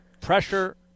pressure